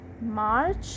March